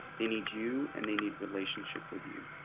they need you and they need relationship with you.